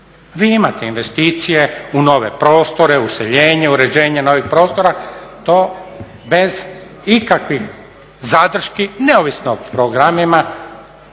Vi imate investicije u nove prostore, useljenje, uređenje novih prostora. To bez ikakvih zadrški neovisno o programima